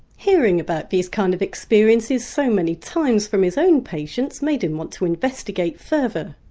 hearing about these kind of experiences so many times from his own patients made him want to investigate further.